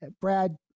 Brad